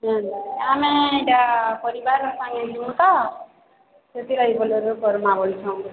ଆମେ ପରିବାର ସାଙ୍ଗେ ଯିବୁ ତ ସେଥିଲାଗି ବୋଲୋର୍ କର୍ମା ପାଇଁ ଚାହୁଁଛୁ